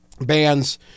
bands